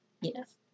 Yes